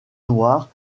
noir